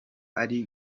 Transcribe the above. ari